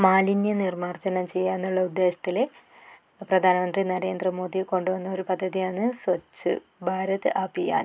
മാലിന്യനിർമാർജജനം ചെയ്യാന്നുള്ള ഉദ്ദേശത്തിൽ പ്രധാനമന്ത്രി നരേന്ദ്രമോദി കൊണ്ടു വന്ന ഒരു പദ്ധതിയാണ് സ്വച്ച് ഭാരത് അഭിയാൻ